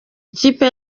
ikipe